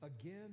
again